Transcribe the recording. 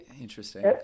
interesting